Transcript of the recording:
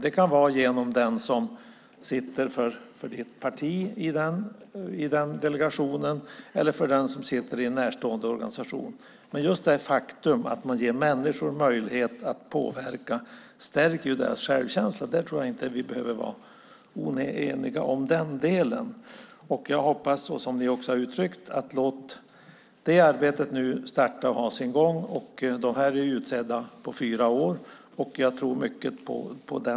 Det kan ske genom den person som sitter för ens parti i delegationen eller genom någon som sitter i en närstående organisation. Just det faktum att man ger människor möjlighet att påverka stärker deras självkänsla. Den delen tror jag inte att vi behöver vara oeniga om. Jag hoppas att delegationernas arbete nu får starta och ha sin gång. De är utsedda på fyra år, och jag tror mycket på dem.